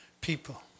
people